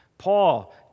Paul